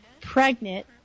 Pregnant